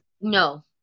No